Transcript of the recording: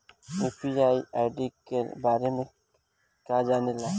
UPI ID के बारे में का जाने ल?